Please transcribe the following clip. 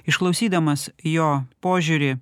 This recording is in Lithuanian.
išklausydamas jo požiūrį